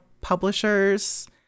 publishers